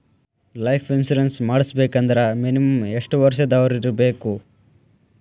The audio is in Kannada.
ಲೈಫ್ ಇನ್ಶುರೆನ್ಸ್ ಮಾಡ್ಸ್ಬೇಕಂದ್ರ ಮಿನಿಮಮ್ ಯೆಷ್ಟ್ ವರ್ಷ ದವ್ರಿರ್ಬೇಕು?